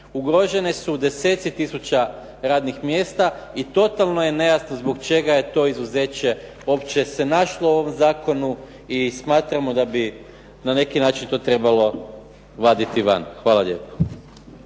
Ugroženi su deseci tisuća radnih mjesta. I totalno je nejasno zbog čega je to izuzeće uopće se našlo u ovom zakonu i smatramo da bi na neki način to trebalo vaditi van. Hvala lijepo.